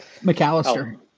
mcallister